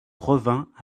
revint